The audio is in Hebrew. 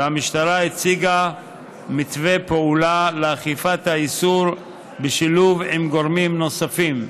והמשטרה הציגה מתווה פעולה לאכיפת האיסור בשילוב עם גורמים נוספים.